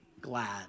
glad